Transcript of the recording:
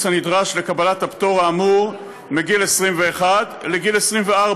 הנדרש לקבלת הפטור האמור מגיל 21 לגיל 24,